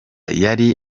yari